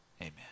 Amen